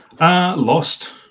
Lost